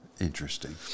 Interesting